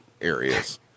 areas